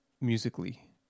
musically